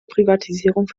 privatisierung